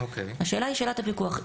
השאלה היא שאלת הפיקוח.